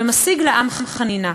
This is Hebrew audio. ומשיג לעם חנינה.